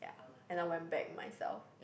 and I went back myself